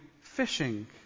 fishing